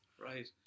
Right